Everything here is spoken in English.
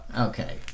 Okay